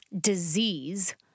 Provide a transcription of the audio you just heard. disease